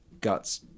guts